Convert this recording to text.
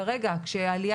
כמו